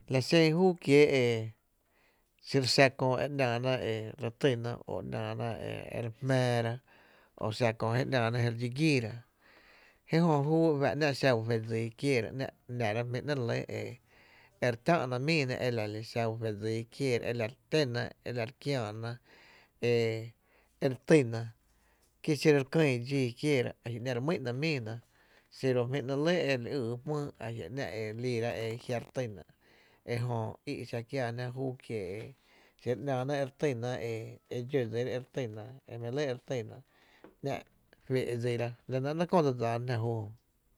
La xen júú kiee’ e xiro xa kö e ‘nⱥⱥna re týna ‘ ‘nⱥⱥná e re jmⱥⱥra o xa köö jé ‘nⱥⱥna re dxí gííra jé jö júú e fá’ e ‘nⱥ’ xa u fe dsíí kiéera ‘nⱥ’ nara jmí’ ‘nɇɇ’ re lɇ e re tⱥ’ná míí na e la lixa u fe dsii kiééra e la re téna e re kiääna e re týna kí xiro re kýy dxíí kiééra a jia’ ‘nⱥ’ re re mý’na míina xiro jmí’ ‘nɇ’ lɇ e re ýy wÿÿ a jia’ e re líí e jia’ re týna e jö í’ xa kiaajná júú kiee’ xiro ‘nⱥⱥna re týna e dxó dsira e re týna e jmí’ lɇ e re týna ‘nⱥ’ fee’ dsira e la nɇ ‘nɇɇ’ köö dse dsáájná jüü jö.